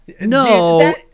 No